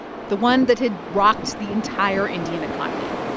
the one that had rocked the entire indian economy.